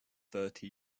thirty